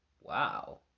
Wow